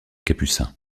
capucins